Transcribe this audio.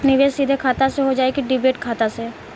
निवेश सीधे खाता से होजाई कि डिमेट खाता से?